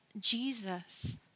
Jesus